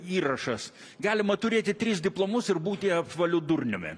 įrašas galima turėti tris diplomus ir būti apvaliu durniumi